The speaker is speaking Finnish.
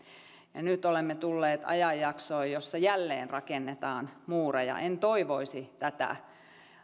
ja nyt olemme tulleet ajanjaksoon jossa jälleen rakennetaan muureja en toivoisi tätä